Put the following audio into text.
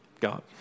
God